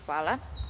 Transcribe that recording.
Hvala.